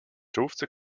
czołówce